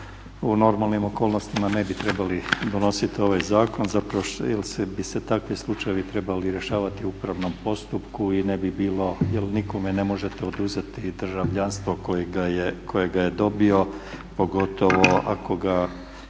u normalnim okolnostima ne bi trebali donositi ovaj zakona, zapravo bi se takvi slučajevi trebali rješavati u upravnom postupku jel nikome ne možete oduzeti državljanstvo kojega je dobio, pogotovo ako ga